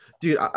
Dude